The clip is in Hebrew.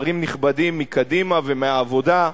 שרים נכבדים מקדימה ומהעבודה,